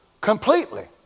completely